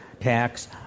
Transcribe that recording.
tax